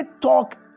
talk